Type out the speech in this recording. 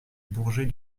bourget